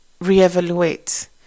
reevaluate